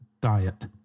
diet